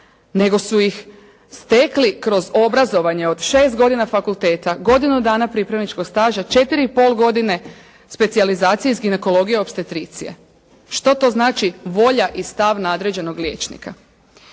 nego su ih stekli kroz obrazovanje od 6 godina fakulteta, godinu dana pripravničkog staža, 4,5 godine specijalizacije iz ginekologije opstetricije. Što to znači volja i stav nadređenog liječnika?